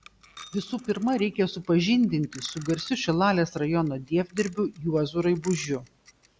visų pirma reikia supažindinti su garsiu šilalės rajono dievdirbiu juozu raibužiu